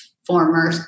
former